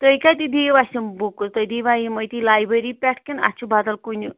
تۄہہِ کَتہِ دِیِو اَسہِ یِم بُکٕس تۄہہِ دِیوا یِم أتی لایبٔری پٮ۪ٹھ کِنہٕ اَتھ چھُ بَدل کُنہِ